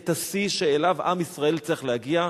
את השיא שאליו עם ישראל צריך להגיע,